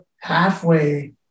halfway